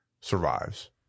survives